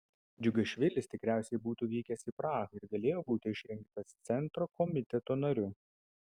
džiugašvilis tikriausiai būtų vykęs į prahą ir galėjo būti išrinktas centro komiteto nariu